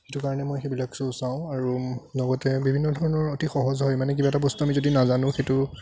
সেইটো কাৰণে মই সেই বিলাক শ্ব' চাওঁ আৰু লগতে বিভিন্ন ধৰণৰ অতি সহজ হয় মানে কিবা এটা বস্তু আমি যদি নাজানো সেইটো